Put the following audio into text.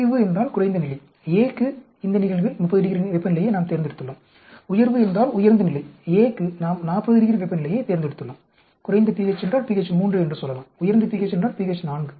குறைவு என்றால் குறைந்த நிலை A க்கு இந்த நிகழ்வில் 30° வெப்பநிலையை நாம் தேர்ந்தெடுத்துள்ளோம் உயர்வு என்றால் உயர்ந்த நிலை A க்கு நாம் 40° வெப்பநிலையைத் தேர்ந்தெடுத்துள்ளோம் குறைந்த pH என்றால் pH 3 என்று சொல்லலாம் உயர்ந்த pH என்றால் pH 4